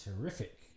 terrific